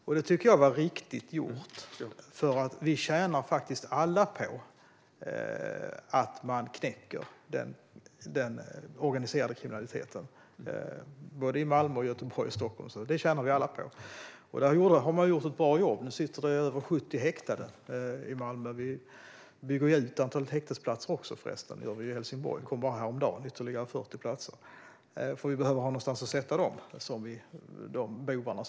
Jag tycker att det var riktigt gjort, för vi tjänar alla på att man knäcker den organiserade kriminaliteten i Malmö, Göteborg och Stockholm. Man gjorde ett bra jobb, och nu sitter det över 70 häktade i Malmö. Vi bygger även ut antalet häktesplatser. I Helsingborg fick vi bara häromdagen ytterligare 40 platser. Vi behöver ju ha någonstans att bura in bovarna.